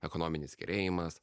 ekonominis gerėjimas